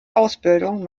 ausbildung